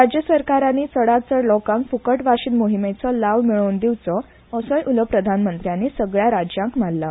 राज्य सरकारांनी चडांतचड लोकांक फुकट वाशिन मोहीमेचो लाव मेळोवन दिवचो असोय उलो प्रधानमंत्र्यांनी सगल्या राज्याक मारला